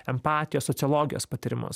empatijos sociologijos patyrimus